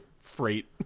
Freight